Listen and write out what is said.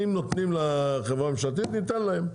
אם נותנים לחברה הממשלתית ניתן להם.